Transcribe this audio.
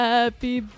Happy